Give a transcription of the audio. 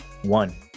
One